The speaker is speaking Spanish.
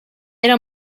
era